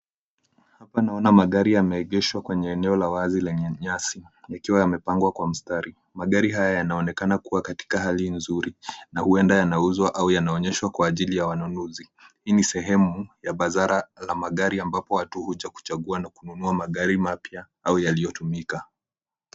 Hapa naona magari yameegeshwa kwenye eneo la wazi lenye nyasi, yakiwa yamepangwa kwa mstari. Magari haya yanaonekana kuwa katika hali nzuri na uenda yanauzwa aua yanaonyeshwa kwa ajili ya wanunuzi. Hii ni sehemu ya bazara la magari, ambapo watu huja kuchagua na kununua magari mapya au yaliyotumika.